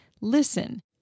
listen